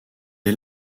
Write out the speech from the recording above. est